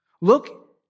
Look